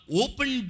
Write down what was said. open